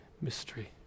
mystery